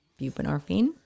buprenorphine